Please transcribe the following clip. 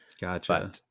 Gotcha